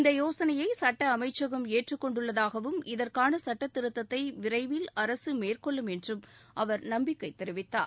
இந்த யோசனையை சட்ட அமைச்சகம் ஏற்றுக் கொண்டுள்ளதாகவும் இதற்கான சட்டத்திருத்தத்தை விரைவில் அரசு மேற்கொள்ளும் என்றும் அவர் நம்பிக்கை தெரிவித்தார்